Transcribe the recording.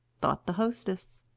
thought the hostess.